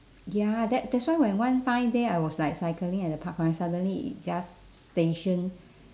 ya that that's why when one fine day I was like cycling at the park connect suddenly it just station